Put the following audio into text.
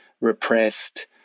repressed